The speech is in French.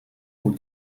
pour